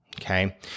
okay